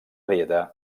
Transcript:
dieta